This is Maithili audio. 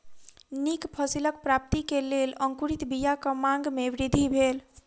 नीक फसिलक प्राप्ति के लेल अंकुरित बीयाक मांग में वृद्धि भेल